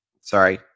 sorry